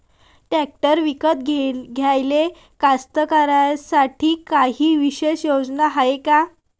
Tractor विकत घ्याले कास्तकाराइसाठी कायी विशेष योजना हाय का?